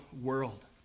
world